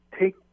take